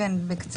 כן בקצרה.